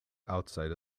outside